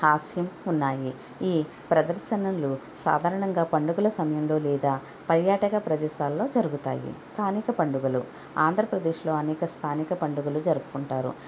హాస్యం ఉన్నాయి ఈ ప్రదర్శనలు సాధారణంగా పండుగల సమయంలో లేదా పర్యాటక ప్రదేశాల్లో జరుగుతాయి స్థానిక పండుగలు ఆంధ్రప్రదేశ్లో అనేక స్థానిక పండుగలు జరుపుకుంటారు